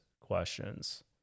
questions